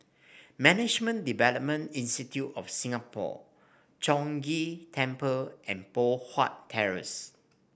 Management Development Institute of Singapore Chong Ghee Temple and Poh Huat Terrace